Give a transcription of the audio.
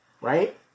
Right